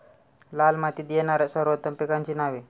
लाल मातीत येणाऱ्या सर्वोत्तम पिकांची नावे?